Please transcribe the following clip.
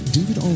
David